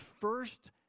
first